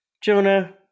Jonah